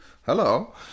hello